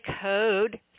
code